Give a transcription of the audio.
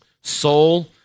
soul